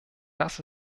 das